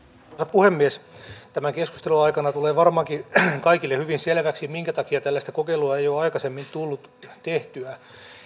puhemies tämän keskustelun aikana tulee varmaankin kaikille hyvin selväksi minkä takia tällaista kokeilua ei ole aikaisemmin tullut tehtyä